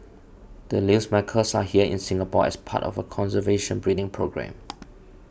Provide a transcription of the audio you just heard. the Lear's macaws are here in Singapore as part of a conservation breeding programme